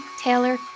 Taylor